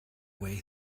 way